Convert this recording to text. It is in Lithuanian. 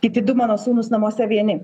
kiti du mano sūnūs namuose vieni